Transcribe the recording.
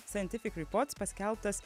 scientific reports paskelbtas